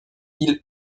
île